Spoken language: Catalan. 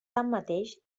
tanmateix